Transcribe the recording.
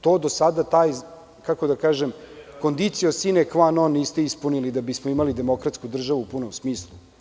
To do sada taj, kako da kažem, condition sine qya non, niste ispunili da bismo imali demokratsku državu u punom smislu.